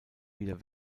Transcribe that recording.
wieder